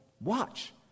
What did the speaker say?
watch